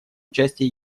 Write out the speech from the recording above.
участии